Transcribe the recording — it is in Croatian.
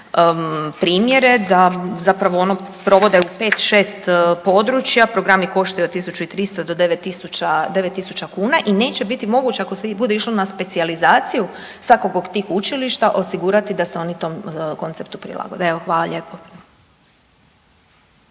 primjere da zapravo ono provode u 5-6 područja, programi koštaju od 1.300 do 9.000, 9.000 kuna i neće biti moguće ako se i bude išlo na specijalizaciju svakog od tih učilišta osigurati da se oni tom konceptu prilagode. Evo, hvala lijepo.